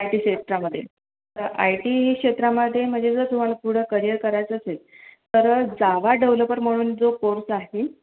I T क्षेत्रामदे I T क्षेत्रामध्ये म्हणजे जर तुम्हाला करिअर करायचं असेल तर जावा डेव्हलपर म्हणून जो कोर्स आहे